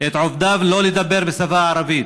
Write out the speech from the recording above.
הנחה את עובדיו שלא לדבר בשפה הערבית.